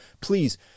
please